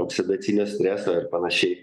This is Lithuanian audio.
oksidacinio streso ir panašiai